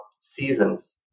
seasons